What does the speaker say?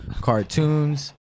cartoons